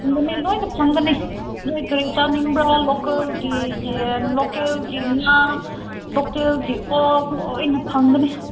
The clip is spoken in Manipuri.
ꯅꯨꯃꯤꯠ ꯂꯣꯏꯅ ꯐꯪꯒꯅꯤ ꯅꯣꯏ ꯀꯔꯤ ꯆꯥꯅꯤꯡꯕ꯭ꯔꯥ ꯂꯣꯀꯦꯜꯒꯤ ꯌꯦꯟ ꯂꯣꯀꯦꯜꯒꯤ ꯉꯥ ꯂꯣꯀꯦꯜꯒꯤ ꯑꯣꯛ ꯂꯣꯏꯅ ꯐꯪꯒꯅꯤ